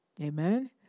Amen